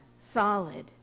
solid